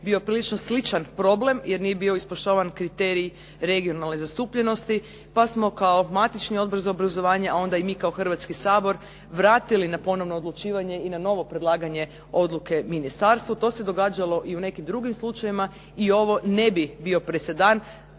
bio prilično sličan problem jer nije bio ispoštovan kriterij regionalne zastupljenosti, pa smo kao matični odbor za obrazovanje, a onda i mi kao Hrvatski sabor vratili na ponovno odlučivanje i na novo predlaganje odluke ministarstvu. To se događalo i u nekim drugim slučajevima i ovo ne bi bio presedan.